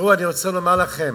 אני רוצה לומר לכם,